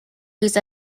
used